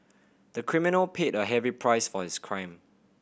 the criminal paid a heavy price for his crime